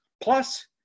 plus